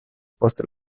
post